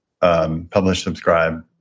publish-subscribe